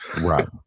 Right